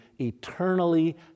eternally